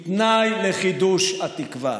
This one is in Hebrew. היא תנאי לחידוש התקווה.